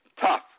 Tough